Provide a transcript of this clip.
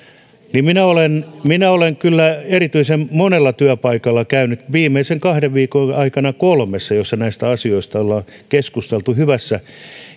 minä olen minä olen kyllä erityisen monella työpaikalla käynyt viimeisen kahden viikon aikana kolmessa joissa näistä asioista ollaan keskusteltu hyvässä